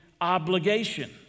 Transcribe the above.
obligation